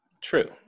True